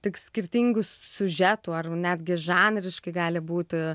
tik skirtingų siužetų ar netgi žanriškai gali būti